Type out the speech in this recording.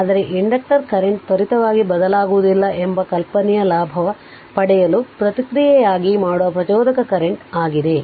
ಆದರೆ inductor current ತ್ವರಿತವಾಗಿ ಬದಲಾಗುವುದಿಲ್ಲ ಎಂಬ ಕಲ್ಪನೆಯ ಲಾಭ ಪಡೆಯಲು ಪ್ರತಿಕ್ರಿಯೆಯಾಗಿ ಮಾಡುವ ಪ್ರಚೋದಕ ಕರೆಂಟ್ ಆಗಿದೆ